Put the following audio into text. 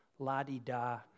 La-di-da